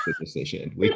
decision